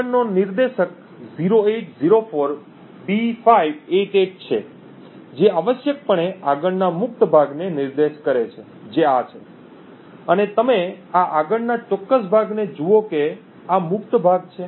આગળનો નિર્દેશક 0804B588 છે જે આવશ્યકપણે આગળના મુક્ત ભાગને નિર્દેશ કરે છે જે આ છે અને તમે આ આગળના ચોક્કસ ભાગને જુઓ કે આ મુક્ત ભાગ છે